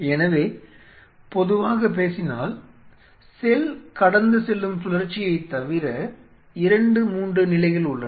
எனவே பொதுவாகப் பேசினால் செல் கடந்து செல்லும் சுழற்சியைத் தவிர 2 3 நிலைகள் உள்ளன